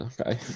okay